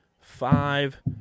five